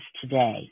today